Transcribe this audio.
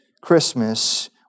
Christmas